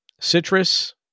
citrus